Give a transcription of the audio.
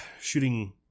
shooting